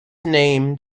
named